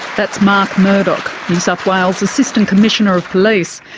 that's mark murdoch, new south wales' assistant commissioner of police.